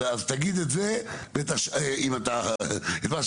אז תגיד את זה, את מה שאמרת,